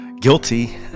Guilty